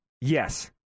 yes